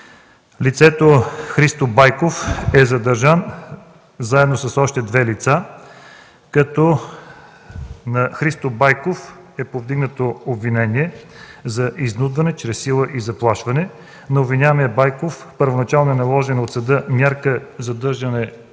лицето Христо Байков е задържано заедно с още две лица, като на Христо Байков е повдигнато обвинение за изнудване чрез сила и заплашване. На обвиняемия Байков първоначално е наложена от съда мярка за